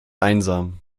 einsam